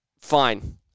Fine